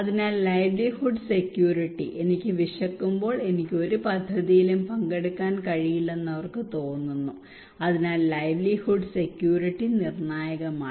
അതിനാൽ livelihood security എനിക്ക് വിശക്കുമ്പോൾ എനിക്ക് ഒരു പദ്ധതിയിലും പങ്കെടുക്കാൻ കഴിയില്ലെന്ന് അവർക്ക് തോന്നുന്നു അതിനാൽ ലിവേലിഹുഡ് സെക്യൂരിറ്റി നിർണായകമാണ്